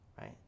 right